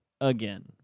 again